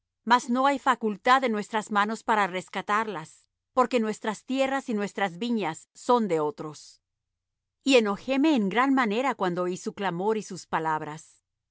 mas no hay facultad en nuestras manos para rescatarlas porque nuestras tierras y nuestras viñas son de otros y enojéme en gran manera cuando oí su clamor y estas palabras